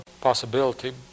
possibility